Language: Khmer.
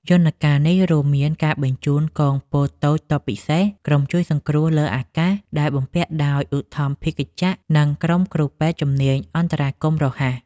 យន្តការនេះរួមមានការបញ្ជូនកងពលតូចទ័ពពិសេស ក្រុមជួយសង្គ្រោះលើអាកាសដែលបំពាក់ដោយឧទ្ធម្ភាគចក្រ និងក្រុមគ្រូពេទ្យជំនាញអន្តរាគមន៍រហ័ស។